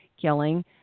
killing